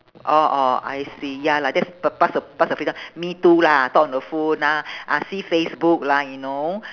orh orh I see ya lah that's p~ past the past the free time me too lah talk on the phone lah ah see facebook lah you know